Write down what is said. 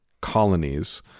colonies